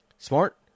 Smart